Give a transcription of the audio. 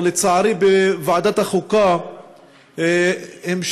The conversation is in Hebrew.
אבל לצערי בוועדת החוקה המשיך